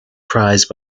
prized